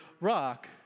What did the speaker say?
rock